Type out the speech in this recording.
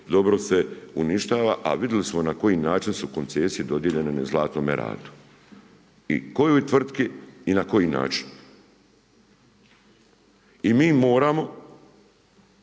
dobro se uništava a vidjeli smo na koji način su koncesije su dodijeljene na Zlatnome ratu. I kojoj tvrtki i na koji način. I mi moramo